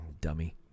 dummy